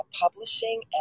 publishing